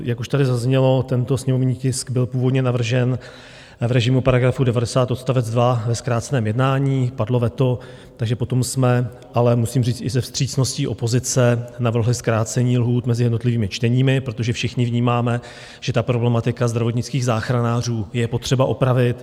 Jak už tady zaznělo, tento sněmovní tisk byl původně navržen v režimu § 90 odst. 2 ve zkráceném jednání, padlo veto, takže potom jsme ale musím říct, i se vstřícností opozice navrhli zkrácení lhůt mezi jednotlivými čteními, protože všichni vnímáme, že problematiku zdravotnických záchranářů je potřeba opravit.